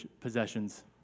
possessions